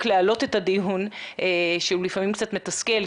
להעלות את הדיון שהוא לפעמים קצת מתסכל,